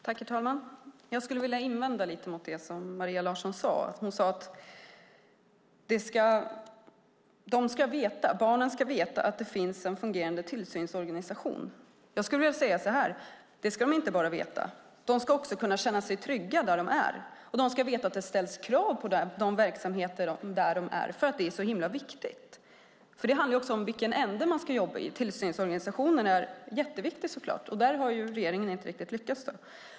Herr talman! Jag skulle vilja invända lite mot det som Maria Larsson sade. Hon sade att barnen ska veta att det finns en fungerande tillsynsorganisation. Jag skulle vilja säga att de inte bara ska veta det. De ska också kunna känna sig trygga där de är, och de ska veta att det ställs krav på de verksamheter där de är därför att det är så viktigt. Det handlar också om i vilken ända man ska jobba i. Tillsynsorganisationen är naturligtvis mycket viktig. Där har regeringen inte riktigt lyckats.